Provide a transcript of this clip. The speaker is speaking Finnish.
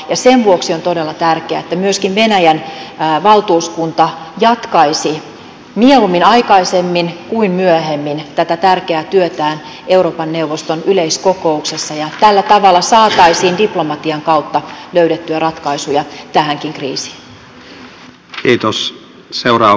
ja sen vuoksi on todella tärkeää että myöskin venäjän valtuuskunta jatkaisi mieluummin aikaisemmin kuin myöhemmin tätä tärkeää työtään euroopan neuvoston yleiskokouksessa ja tällä tavalla saataisiin diplomatian kautta löydettyä ratkaisuja tähänkin kriisiin